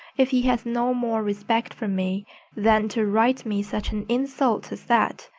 if he has no more respect for me than to write me such an insult as that,